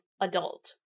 adult